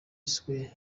square